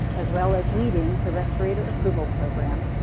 as well as leading the respirator approval program.